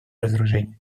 разоружения